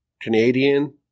Canadian